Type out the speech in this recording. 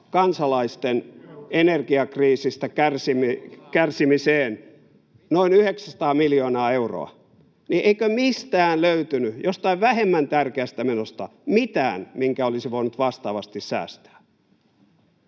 kansalaisten energiakriisistä kärsimiseen noin 900 miljoonaa euroa, niin eikö mistään löytynyt, jostain vähemmän tärkeästä menosta, mitään, minkä olisi voinut vastaavasti säästää?